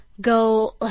go